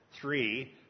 Three